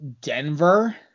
Denver